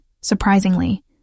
surprisingly